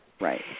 Right